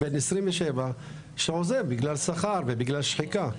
בן 27 שעוזב בגלל שכר ובגלל שחיקה.